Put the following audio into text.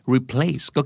Replace